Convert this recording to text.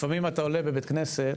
לפעמים אתה עולה בבית כנסת,